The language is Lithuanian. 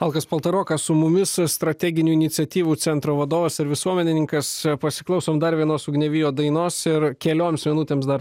alkas paltarokas su mumis strateginių iniciatyvų centro vadovas ir visuomenininkas pasiklausom dar vienos ugnevijo dainos ir kelioms minutėms dar